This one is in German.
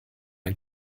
ein